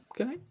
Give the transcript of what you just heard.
Okay